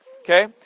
Okay